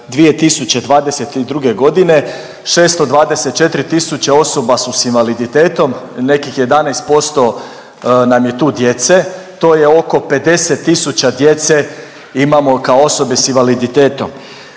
2022. godine 624 000 osoba su sa invaliditetom. Nekih 11% nam je tu djece. To je oko 50 000 djece imamo kao osobe sa invaliditetom.